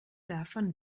davon